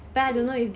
mm